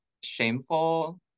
shameful